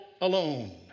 alone